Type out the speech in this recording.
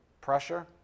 pressure